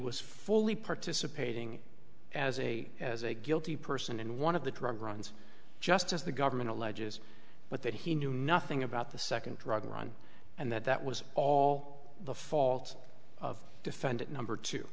was fully participating as a as a guilty person and one of the drug runs just as the government alleges but that he knew nothing about the second drug run and that that was all the fault of defendant number two